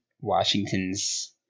Washington's